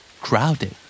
Crowded